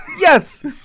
yes